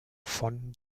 von